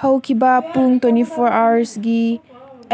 ꯍꯧꯈꯤꯕ ꯄꯨꯡ twenty four ꯑꯋꯥꯔꯁꯒꯤ